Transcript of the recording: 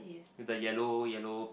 the yellow yellow